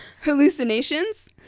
Hallucinations